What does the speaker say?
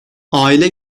aile